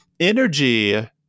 Energy